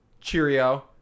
Cheerio